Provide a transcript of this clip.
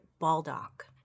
Baldock